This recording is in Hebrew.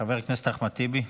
חבר הכנסת אחמד טיבי.